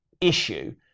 issue